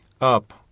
up